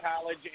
college